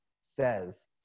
says